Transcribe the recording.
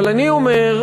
אבל אני אומר,